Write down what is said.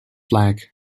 flag